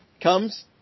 comes